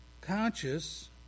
conscious